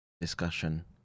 discussion